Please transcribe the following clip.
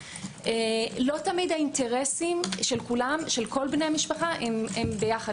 לא תמיד האינטרסים של כל בני המשפחה הם ביחד.